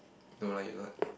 no lah you're not